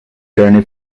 journey